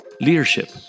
leadership